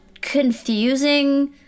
confusing